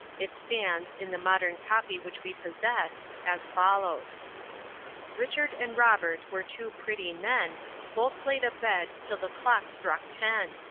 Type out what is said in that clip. it stands, in the modern copy which we possess, as follows richard and robert were two pretty men both laid abed till the clock struck ten.